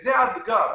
זה האתגר.